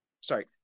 sorry